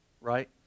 right